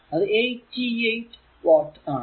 അത് 88 വാട്ട് ആണ്